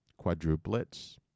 quadruplets